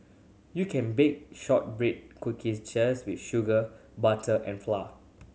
you can bake shortbread cookies just with sugar butter and flour